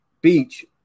beach